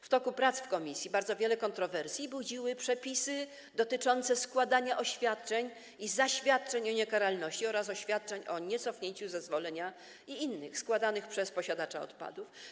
W toku prac komisji bardzo wiele kontrowersji budziły przepisy dotyczące składania oświadczeń i zaświadczeń o niekaralności oraz oświadczeń o niecofnięciu zezwolenia i innych składanych przez posiadacza odpadów.